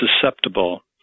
susceptible